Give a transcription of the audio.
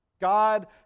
God